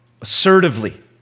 assertively